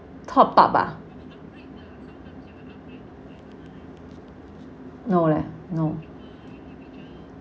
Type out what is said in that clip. top up ah no leh no